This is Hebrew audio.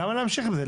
למה להמשיך עם זה?